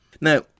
Now